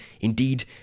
indeed